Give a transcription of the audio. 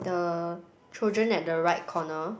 the children at the right corner